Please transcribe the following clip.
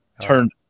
turned